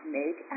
make